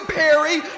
Perry